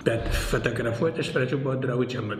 bet fotografuot iš pradžių buvo draudžiama